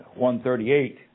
138